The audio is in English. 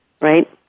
right